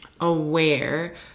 aware